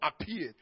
appeared